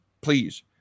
Please